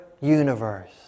universe